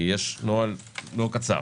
כי יש נוהל לא קצר.